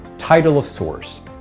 title of source,